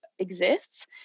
exists